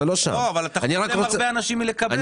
אתה חוסם הרבה אנשים מלקבל.